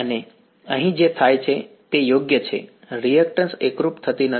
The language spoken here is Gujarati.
અને અહીં જે થાય છે તે યોગ્ય છે રીએક્ટન્શ એકરૂપ થતી નથી